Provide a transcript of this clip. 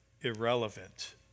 irrelevant